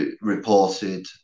reported